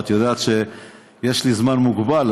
את יודעת שיש לי זמן מוגבל,